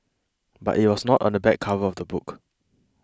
but it was not on the back cover of the book